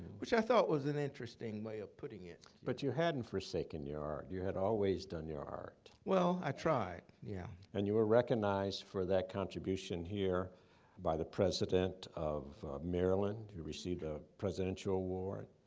which i thought was an interesting way of putting it. but you hadn't forsaken your art. you had always done your art. well, i tried. yeah. and you were recognized for that contribution here by the president of maryland. you received a presidential award.